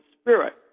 spirit